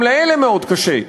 גם לאלה מאוד קשה.